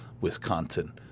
Wisconsin